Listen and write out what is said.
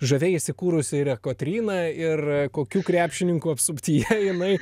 žaviai įsikūrusi yra kotryna ir kokių krepšininkų apsuptyje jinai